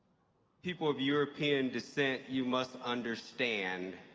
people of european descent, you must understand,